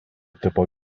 tipo